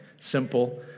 Simple